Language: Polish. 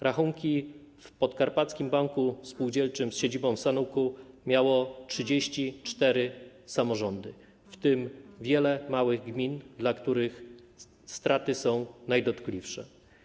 Rachunki w Podkarpackim Banku Spółdzielczym z siedzibą w Sanoku miały 34 samorządy, w tym wiele małych gmin, dla których straty są najdotkliwsze.